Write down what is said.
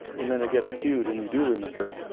and then it gets cued and you do remember it,